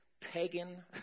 pagan